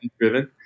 driven